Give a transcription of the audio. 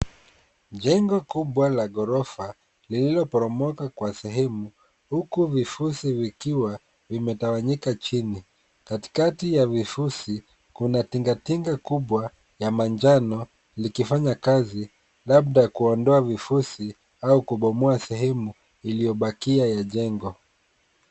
Njengo kubwa la ghorofa lililopomoka kwa sehemu, huku vifusi vikiwa vimetawanyika chini. Katikati ya vifusi kuna tingatinga kubwa ya manjano likifanya kazi, labda kuondoa vifusi au kubomoa sehemu iliyobakia ya jengo.